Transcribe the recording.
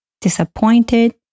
disappointed